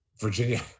Virginia